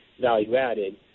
value-added